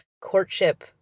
courtship